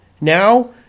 Now